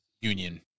union